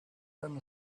than